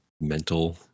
mental